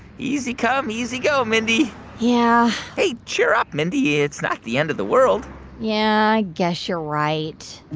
easy come easy go, mindy yeah hey. cheer up, mindy. it's not the end of the world yeah, i guess you're right.